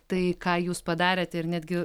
tai ką jūs padarėte ir netgi